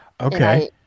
Okay